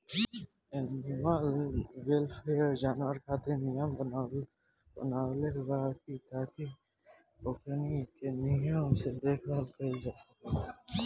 animal welfare, जानवर खातिर नियम बनवले बा ताकि ओकनी के निमन से देखभाल कईल जा सके